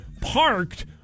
parked